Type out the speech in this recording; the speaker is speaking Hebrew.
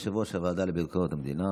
יושב-ראש הוועדה לביקורת המדינה.